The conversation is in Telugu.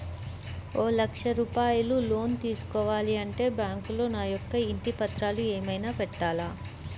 ఒక లక్ష రూపాయలు లోన్ తీసుకోవాలి అంటే బ్యాంకులో నా యొక్క ఇంటి పత్రాలు ఏమైనా పెట్టాలా?